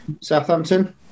Southampton